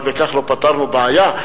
אבל בכך לא פתרנו את הבעיה.